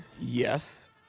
Yes